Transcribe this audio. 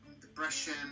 depression